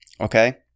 okay